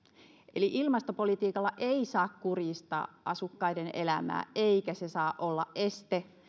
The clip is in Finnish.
eli ilmastopolitiikalla ei saa kurjistaa asukkaiden elämää eikä se saa olla este